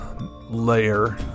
layer